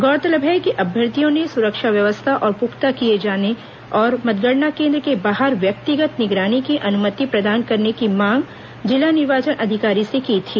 गौरतलब है कि अभ्यर्थियों ने सुरक्षा व्यवस्था और पुख्ता किए जाने और मतगणना कोन्द्र के बाहर व्यक्तिगत निगरानी की अनुमति प्रदान करने की मांग जिला निर्वाचन अधिकारी से की थी